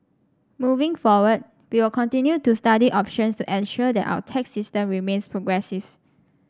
moving forward we will continue to study options to ensure that our tax system remains progressive